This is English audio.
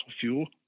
fuel